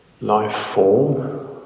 life-form